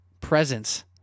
presence